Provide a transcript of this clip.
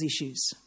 issues